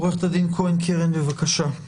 עורכת הדין כהן קרן, בבקשה.